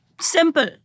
simple